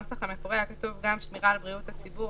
בנוסח המקורי היה כתוב גם שמירה על בריאות הציבור,